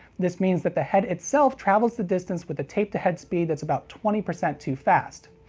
this means that the head itself travels the distance with a tape-to-head speed that's about twenty percent too fast.